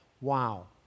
Wow